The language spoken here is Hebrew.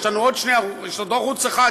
יש לנו עוד ערוץ אחד,